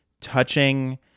touching